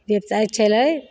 जे चाहय छलै